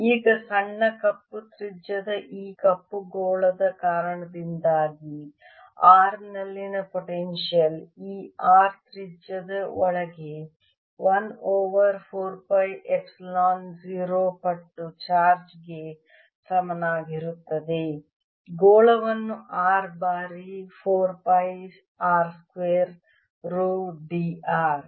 ಈಗ ಸಣ್ಣ ಕಪ್ಪು ತ್ರಿಜ್ಯದ ಈ ಕಪ್ಪು ಗೋಳದ ಕಾರಣದಿಂದಾಗಿ r ನಲ್ಲಿನ ಪೊಟೆನ್ಶಿಯಲ್ ಈ r ತ್ರಿಜ್ಯದ ಒಳಗೆ 1 ಓವರ್ 4 ಪೈ ಎಪ್ಸಿಲಾನ್ಗೆ 0 ಪಟ್ಟು ಚಾರ್ಜ್ಗೆ ಸಮನಾಗಿರುತ್ತದೆ ಗೋಳವನ್ನು r ಬಾರಿ 4 pi r square rho d r